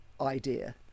idea